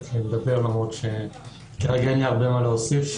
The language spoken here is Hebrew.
כרגע אין לי הרבה מה להוסיף.